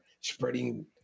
spreading